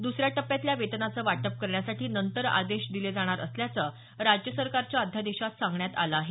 दुसऱ्या टप्प्यातल्या वेतनाचं वाटप करण्यासाठी नंतर आदेश दिले जाणार असल्याचं राज्य सरकारच्या अध्यादेशात सांगण्यात आलं आहे